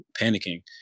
panicking